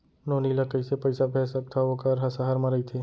नोनी ल कइसे पइसा भेज सकथव वोकर ह सहर म रइथे?